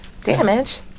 damage